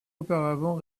auparavant